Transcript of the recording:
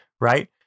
right